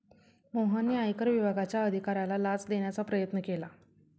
मोहनने आयकर विभागाच्या अधिकाऱ्याला लाच देण्याचा प्रयत्न केला